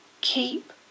Keep